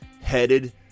headed